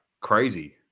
crazy